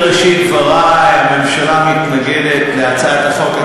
בראשית דברי, הממשלה מתנגדת להצעת החוק.